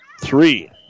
three